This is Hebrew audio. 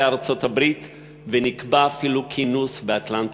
ארצות-הברית ונקבע אפילו כינוס באטלנטיק-סיטי.